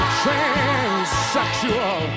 transsexual